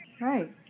Right